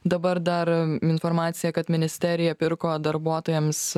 dabar dar informacija kad ministerija pirko darbuotojams